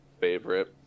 favorite